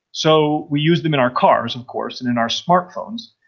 so we use them in our cars of course and in our smart phones,